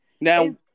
Now